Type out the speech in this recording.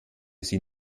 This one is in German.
sie